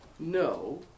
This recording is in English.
No